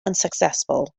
unsuccessful